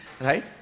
right